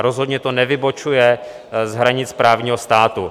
Rozhodně to nevybočuje z hranic právního státu.